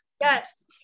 Yes